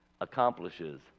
accomplishes